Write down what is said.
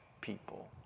people